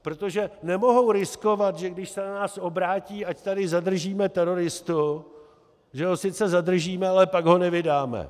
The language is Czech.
Protože nemohou riskovat, že když se na nás obrátí, ať tady zadržíme teroristu, že ho sice zadržíme, ale pak ho nevydáme!